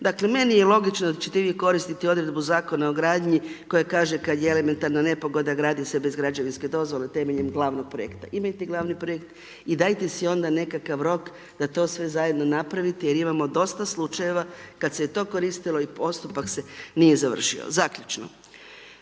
dakle, meni je logično da ćete vi koristiti odredbu zakona o gradnji, koji kaže, kada je elementarna nepogoda, gradi se bez građevinske dozvole temeljem gl. projekta. Imajte gl. projekt i dajte si onda nekakav rok, da to sve zajedno napravite, jer imamo dosta slučajeva, kad se je to koristilo i postupak se nije završio. Zaključno,